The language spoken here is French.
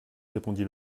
répondit